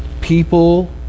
people